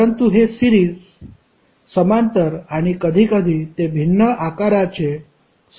परंतु हे सिरीज समांतर आणि कधीकधी ते भिन्न आकाराचे संयोजन असते